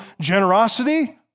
generosity